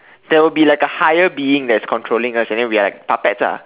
there will be like a higher being that is controlling us and then we are like puppets ah